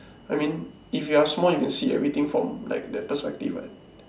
I mean if you're small you can see everything from like that perspective what